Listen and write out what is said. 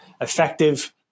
effective